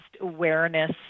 awareness